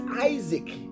Isaac